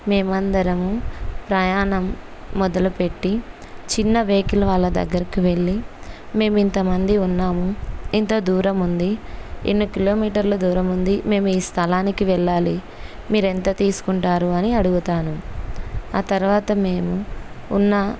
మేము అందరము ప్రయాణం మొదలుపెట్టి చిన్న వెహికల్ వాళ్ళ దగ్గరికి వెళ్ళి మేము ఇంతమంది ఉన్నాము ఇంత దూరం ఉంది ఎన్ని కిలోమీటర్ల దూరం ఉంది మేము ఈ స్థలానికి వెళ్ళాలి మీరు ఎంత తీసుకుంటారు అని అడుగుతాను ఆ తరువాత మేము ఉన్న